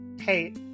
hey